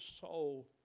soul